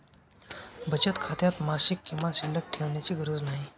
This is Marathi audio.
बचत खात्यात मासिक किमान शिल्लक ठेवण्याची गरज नाही